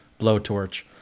blowtorch